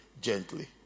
gently